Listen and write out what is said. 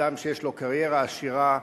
אדם שיש לו קריירה עשירה,